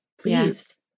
please